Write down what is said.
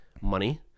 money